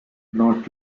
not